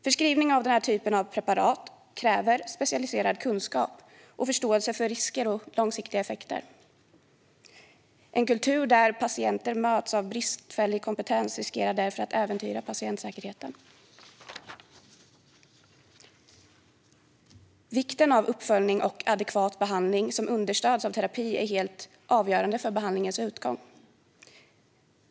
Förskrivning av den här typen av preparat kräver specialiserad kunskap och förståelse för risker och långsiktiga effekter. En kultur där patienter möts av bristfällig kompetens riskerar därför att äventyra patientsäkerheten. Vikten av uppföljning och adekvat behandling som understöds av terapi är helt avgörande för behandlingens utgång.